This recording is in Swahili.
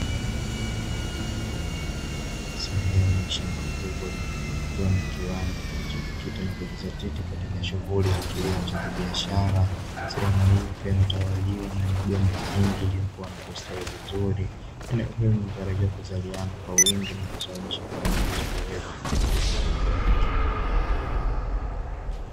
Sehemu ya shamba kubwa inayomilikiwa na kiwanda kilichojikita na kujizatiti katika kilimo cha kibiashara, sehemu hii ikiwa imetawaliwa na migomba mingi iliyokua na kustawi vizuri inayotarajiwa kuzaliana kwa wingi na kusababisha kiwanda hicho kufikia malengo yake.